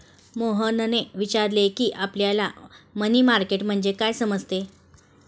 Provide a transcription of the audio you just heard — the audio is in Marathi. मोहनने विचारले की, आपल्याला मनी मार्केट म्हणजे काय समजते?